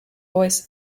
voice